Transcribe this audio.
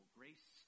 grace